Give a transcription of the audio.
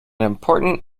important